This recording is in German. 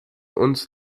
uns